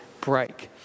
break